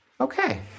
Okay